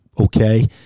okay